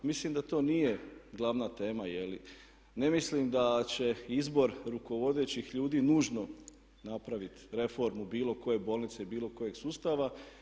Mislim da to nije glavna tema jer ne mislim da će izbor rukovodećih ljudi nužno napraviti reformu bilo koje bolnice i bilo kojeg sustava.